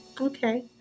okay